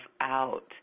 out